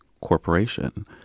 corporation